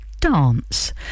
Dance